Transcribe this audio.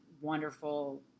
wonderful